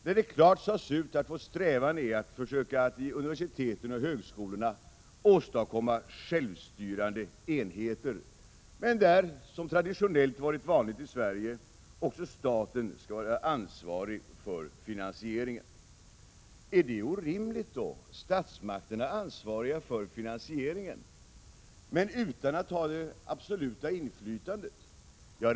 Där sades det klart ut att vår strävan är att inom universiteten och högskolorna åstadkomma självstyrande enheter. Men staten skall, vilket har varit en tradition i Sverige, vara ansvarig för finansieringen. Är det orimligt? Statsmakten är ansvarig för finansieringen men utan att ha det absoluta inflytandet.